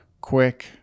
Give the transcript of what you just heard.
quick